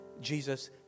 Jesus